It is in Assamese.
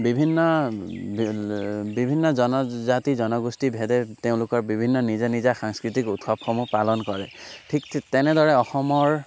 বিভিন্ন বিভিন্ন জনজাতি জনগোষ্ঠীভেদে তেওঁলোকৰ বিভিন্ন নিজা নিজা সাংস্কৃতিক উৎসৱসমূহ পালন কৰে ঠিক তেনেদৰে অসমৰ